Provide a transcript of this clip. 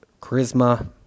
charisma